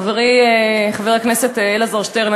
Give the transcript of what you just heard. חברי חבר הכנסת אלעזר שטרן,